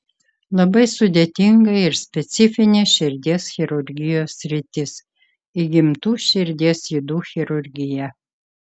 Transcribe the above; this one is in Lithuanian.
labai sudėtinga ir specifinė širdies chirurgijos sritis įgimtų širdies ydų chirurgija